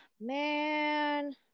Man